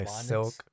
silk